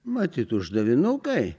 matyt uždavinukai